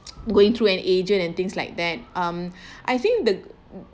going through an agent and things like that um I think the